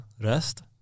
Rest